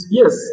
yes